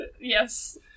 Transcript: Yes